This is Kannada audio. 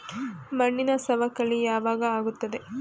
ಮಣ್ಣಿನ ಸವಕಳಿ ಯಾವಾಗ ಆಗುತ್ತದೆ?